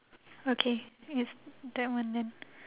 okay it's that one then